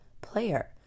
player